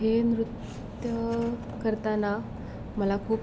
हे नृत्य करताना मला खूप